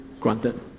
granted